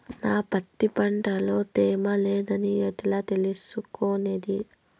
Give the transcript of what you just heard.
నా పత్తి పంట లో తేమ లేదని ఎట్లా తెలుసుకునేది?